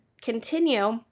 continue